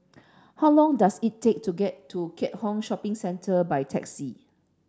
how long does it take to get to Keat Hong Shopping Centre by taxi